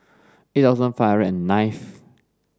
eight thousand five hundred and ninth